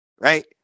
right